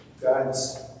God's